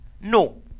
No